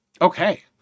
Okay